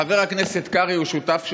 חבר הכנסת קרעי הוא שותף שלך,